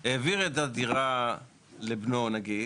העביר את הדירה לבנו, נגיד,